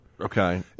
Okay